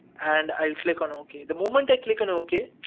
and i'll click on okay. the moment i click on okay,